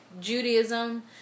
Judaism